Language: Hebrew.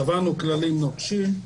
קבענו כללים נוקשים.